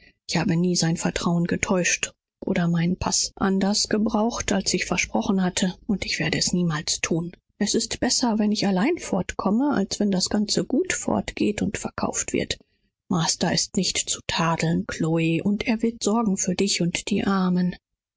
ich habe nie mein wort gebrochen und nie meinen paß nirgend gegen mein versprechen gebraucht und will es nimmer s ist besser daß ich allein gehe als daß alles genommen und verkauft wird master ist nicht zu tadeln chlo und er wird sorgen für dich und die armen